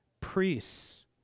Priests